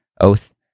Oath